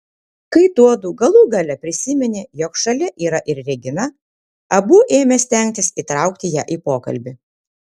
kai tuodu galų gale prisiminė jog šalia yra ir regina abu ėmė stengtis įtraukti ją į pokalbį